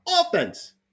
offense